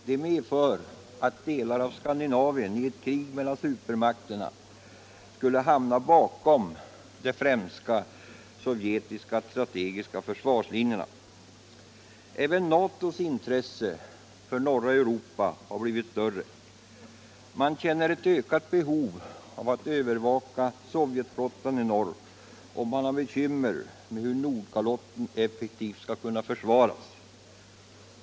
Detta medför att delar av Skandinavien i ett krig mellan supermakterna skulle hamna bakom Sovjets främsta strategiska försvarslinje. Även NATO:s intresse för norra Europa har blivit större. Man känner ett ökat behov att övervaka Sovjetflottan i norr, och man har bekymmer med hur Nordkalotten effektivt skall kunna försvaras.